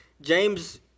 James